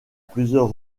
plusieurs